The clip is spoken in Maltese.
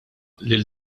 lil